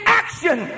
action